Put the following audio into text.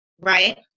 right